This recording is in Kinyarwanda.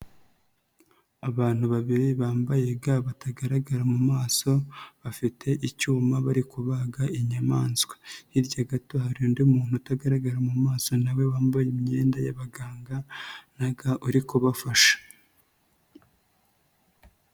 Abantu babiri bambaye ga batagaragara mu maso, bafite icyuma bari kubaga inyamaswa, hirya gato hari undi muntu utagaragara mu maso na we wambaye imyenda y'abaganga na ga uri kubafasha.